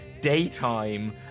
daytime